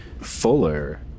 fuller